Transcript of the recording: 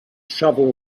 shovel